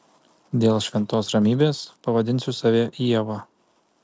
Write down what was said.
dėl šventos ramybės pavadinsiu save ieva